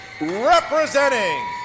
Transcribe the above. Representing